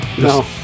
No